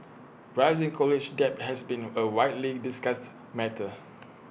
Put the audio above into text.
rising college debt has been A widely discussed matter